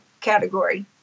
category